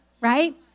right